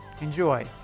Enjoy